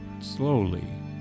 slowly